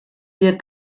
wir